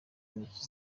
intoki